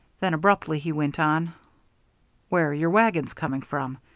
then abruptly he went on where are your wagons coming from?